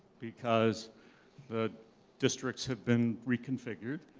because the districts have been reconfigured,